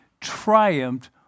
triumphed